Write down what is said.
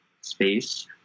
space